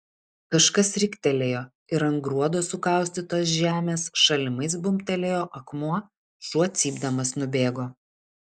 kažkas riktelėjo ir ant gruodo sukaustytos žemės šalimais bumbtelėjo akmuo šuo cypdamas nubėgo